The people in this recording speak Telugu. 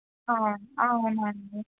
అవునా అండి